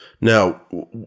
Now